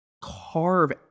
carve